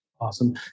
Awesome